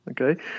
Okay